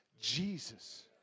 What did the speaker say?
Jesus